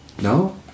no